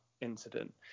incident